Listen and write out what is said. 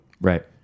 Right